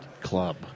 club